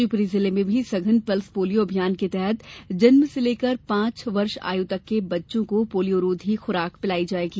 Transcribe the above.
शिवपुरी जिले में भी सघन पल्स पोलियो अभियान के तहत जन्म से लेकर पांच वर्ष आय तक के बच्चों को पोलियोरोधी खुराक पिलाई जायेगी